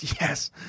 Yes